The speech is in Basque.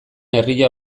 herria